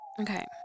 Okay